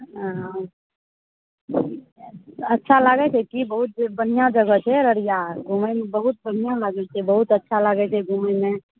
ओ अच्छा लागय छै की बहुत बढ़िआँ जगह छै अररिया घुमयमे बहुत बढ़िआँ लागय छै बहुत अच्छा लागय छै घुमयमे